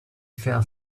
fell